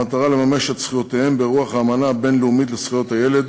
במטרה לממש את זכויותיהם ברוח האמנה הבין-לאומית לזכויות הילד,